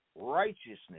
Righteousness